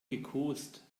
gekost